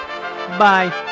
bye